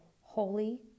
holy